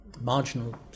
marginal